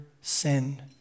sin